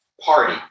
party